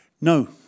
no